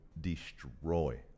destroy